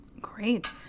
Great